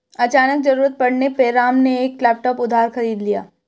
अचानक ज़रूरत पड़ने पे राम ने एक लैपटॉप उधार खरीद लिया